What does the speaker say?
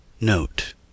Note